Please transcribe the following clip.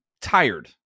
tired